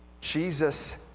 Jesus